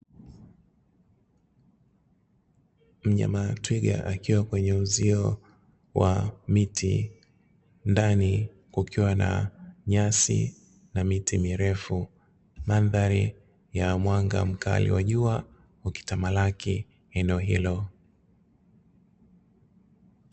Mnyama twiga akiwa kwenye uzio wa miti ndani kukiwa na nyasi na miti mirefu, madhari ya mwanga mkali wa jua ukitamalaki eneo hilo.